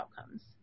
outcomes